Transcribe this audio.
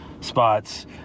spots